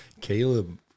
Caleb